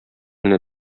генә